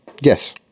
Yes